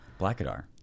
Blackadar